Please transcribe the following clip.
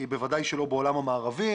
בוודאי שלא בעולם המערבי.